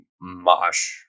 mosh